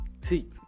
See